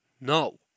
No